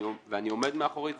ואני עומד מאחורי זה,